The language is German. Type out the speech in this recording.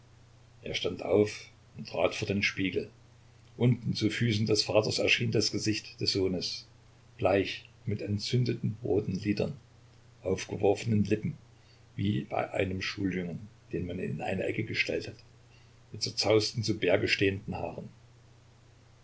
er stand auf und trat vor den spiegel unten zu füßen des vaters erschien das gesicht des sohnes bleich mit entzündeten roten lidern aufgeworfenen lippen wie bei einem schuljungen den man in eine ecke gestellt hat mit zerzausten zu berge stehenden haaren